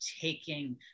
taking